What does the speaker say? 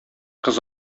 кыз